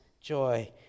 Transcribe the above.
joy